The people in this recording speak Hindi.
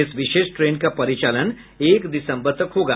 इस विशेष ट्रेन का परिचालन एक दिसंबर तक होगा